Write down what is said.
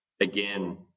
again